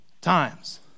times